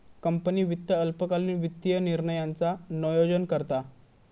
company वित्त अल्पकालीन वित्तीय निर्णयांचा नोयोजन करता